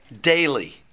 daily